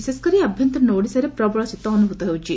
ବିଶେଷକରି ଆଭ୍ୟନ୍ତରୀଣ ଓଡ଼ିଶାରେ ପ୍ରବଳ ଶୀତ ଅନୁଭ୍ରତ ହେଉଛି